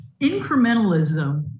incrementalism